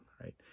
right